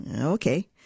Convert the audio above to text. Okay